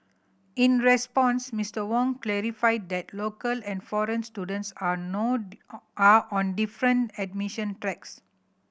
in response Mister Wong clarified that local and foreign students are no are on different admission tracks